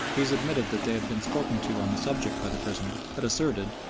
these admitted that they had been spoken to on the subject by the prisoner, but asserted,